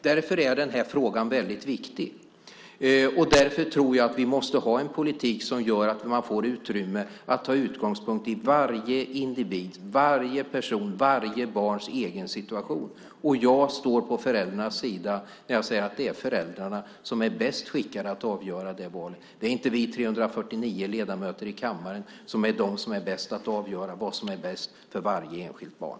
Därför är den här frågan väldigt viktig, och därför tror jag att vi måste ha en politik som gör att man får utrymme att ta utgångspunkt i varje individs, varje persons, varje barns egen situation. Jag står på föräldrarnas sida när jag säger att det är föräldrarna som är bäst skickade att avgöra det valet. Det är inte vi 349 ledamöter i kammaren som är de som är bäst att avgöra vad som är bäst för varje enskilt barn.